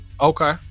okay